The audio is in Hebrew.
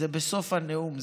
אבל זה בסוף הנאום,